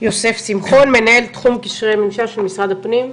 יוסף שמחון, מנהל תחום קשרי ממשל, של משרד הפנים.